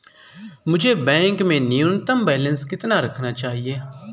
मुझे बैंक में न्यूनतम बैलेंस कितना रखना चाहिए?